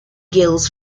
giles